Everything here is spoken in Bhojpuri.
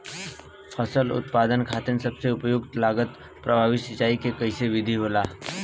फसल उत्पादन खातिर सबसे उपयुक्त लागत प्रभावी सिंचाई के कइसन विधि होला?